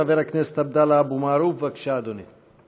חבר הכנסת עבדאללה אבו מערוף, בבקשה, אדוני.